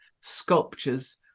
sculptures